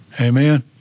Amen